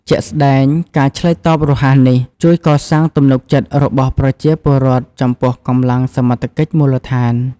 ជាក់ស្តែង ការឆ្លើយតបរហ័សនេះជួយកសាងទំនុកចិត្តរបស់ប្រជាពលរដ្ឋចំពោះកម្លាំងសមត្ថកិច្ចមូលដ្ឋាន។